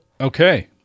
Okay